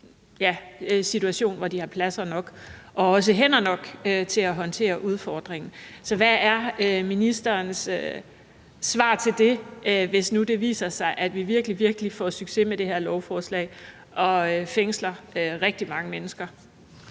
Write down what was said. situation, hvor de har pladser nok og også hænder nok til at håndtere udfordringen. Så hvad er ministerens svar til det, hvis nu det viser sig, at vi virkelig får succes med det her lovforslag og fængsler rigtig mange mennesker?